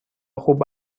خوب